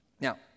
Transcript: Now